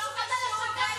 ומה אתה עשית?